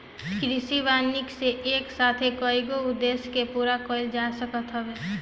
कृषि वानिकी से एक साथे कईगो उद्देश्य के पूरा कईल जा सकत हवे